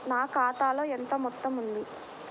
నా ఖాతాలో ఎంత మొత్తం ఉంది?